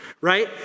right